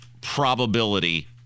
probability